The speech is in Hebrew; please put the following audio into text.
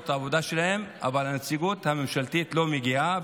את העבודה שלהן אבל הנציגות הממשלתית לא מגיעה.